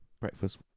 breakfast